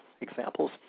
examples